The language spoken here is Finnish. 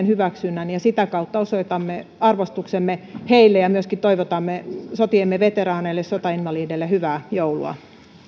hyväksynnän sitä kautta osoitamme arvostuksemme heille ja myöskin toivotamme sotiemme veteraaneille ja sotainvalideille hyvää joulua